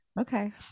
Okay